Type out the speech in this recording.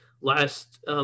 last